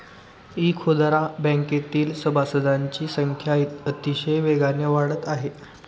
इखुदरा बँकेतील सभासदांची संख्या अतिशय वेगाने वाढत आहे